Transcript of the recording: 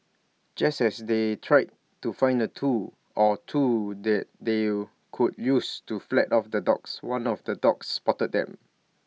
just as they try to find A tool or two that they could use to fled off the dogs one of the dogs spotted them